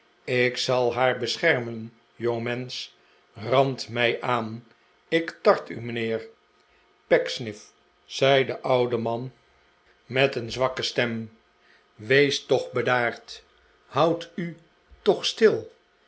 ik zal haar beschermen jongmensch rand mij aan ik tart u mijnheer pecksniff zei de oude man met een maarten chuzzlewit zwakke stem wees toch bedaard houd u toch stil